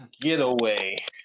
getaway